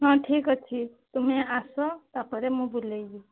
ହଁ ଠିକ୍ ଅଛି ତୁମେ ଆସ ତା'ପରେ ମୁଁ ବୁଲାଇବି